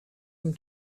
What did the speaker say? him